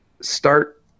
start